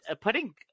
putting